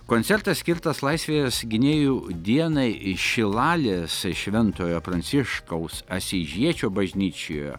koncertas skirtas laisvės gynėjų dienai šilalės šventojo pranciškaus asyžiečio bažnyčioje